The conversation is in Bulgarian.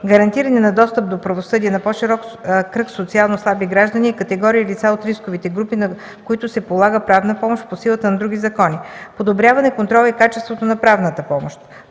гарантиране на достъп до правосъдие на по-широк кръг социално слаби граждани и категории лица от рисковите групи, на които се полага правна помощ по силата на други закони; - подобряване контрола и качеството на правната помощ;